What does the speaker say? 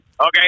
Okay